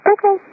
Okay